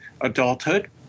adulthood